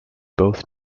both